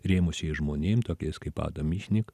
rėmusiais žmonėm tokiais kaip adam myšnik